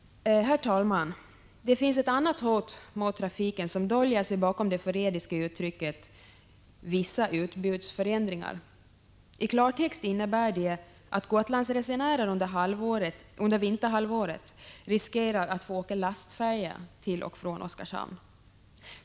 Herr talman! Det finns ett annat hot mot trafiken, och det döljer sig bakom det förrädiska uttrycket ”vissa utbudsförändringar”. I klartext innebär det att Gotlandsresenärer under vinterhalvåret riskerar att få åka lastfärja till och från Oskarshamn.